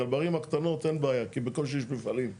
בערים הקטנות אין בעיה, כי בקושי יש מפעלים שם.